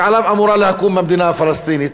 שעליו אמורה לקום המדינה הפלסטינית.